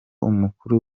umukuru